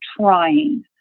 trying